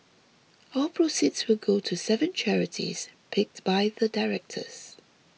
all proceeds will go to seven charities picked by the directors